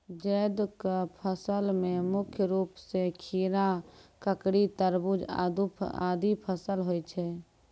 जैद क फसल मे मुख्य रूप सें खीरा, ककड़ी, तरबूज आदि फसल होय छै